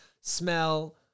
smell